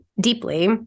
deeply